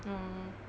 mm